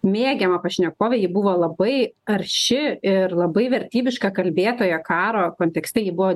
mėgiama pašnekovė ji buvo labai arši ir labai vertybiškai kalbėtoja karo kontekste ji buvo